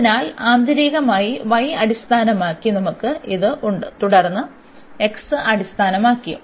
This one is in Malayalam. അതിനാൽ ആന്തരികമായി y അടിസ്ഥാനമാക്കി നമുക്ക് ഇത് ഉണ്ട് തുടർന്ന് x അടിസ്ഥാനമാക്കിയും